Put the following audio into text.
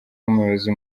umuyobozi